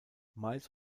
miles